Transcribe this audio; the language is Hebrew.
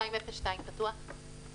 1202 פתוח?